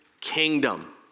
kingdom